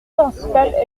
principale